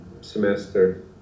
semester